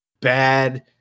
bad